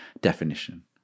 definition